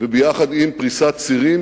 ויחד עם פריסת צירים,